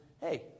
Hey